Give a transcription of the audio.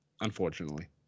Unfortunately